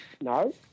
No